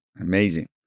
Amazing